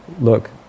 Look